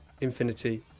Infinity